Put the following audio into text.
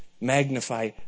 magnify